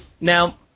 Now